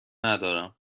ندارم